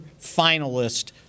finalist